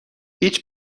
هیچ